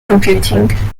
computing